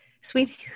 sweetie